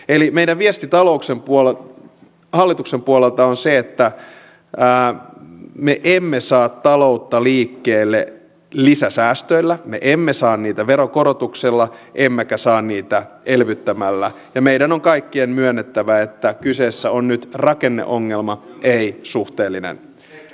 eli meidän viestimme hallituksen puolelta on se että me emme saa taloutta liikkeelle lisäsäästöillä me emme saa sitä veronkorotuksilla emmekä saa sitä elvyttämällä ja meidän on kaikkien myönnettävä että kyseessä on nyt rakenneongelma ei suhteellinen suhdanneongelma